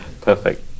Perfect